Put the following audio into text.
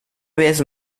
vez